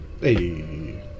Hey